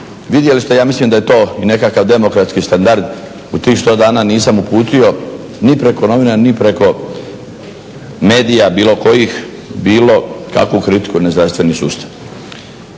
Vidjeli ste, ja mislim da je to i nekakav demokratski standard u tih 100 dana nisam uputio ni preko novina ni preko medija bilo kojih bilo kakvu kritiku na zdravstveni sustav.